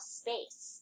space